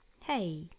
Hey